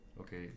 Okay